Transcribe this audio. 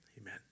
amen